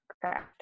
craft